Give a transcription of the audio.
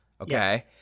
okay